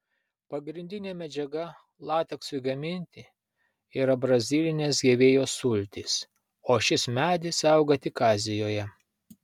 pagrindinė medžiaga lateksui gaminti yra brazilinės hevėjos sultys o šis medis auga tik azijoje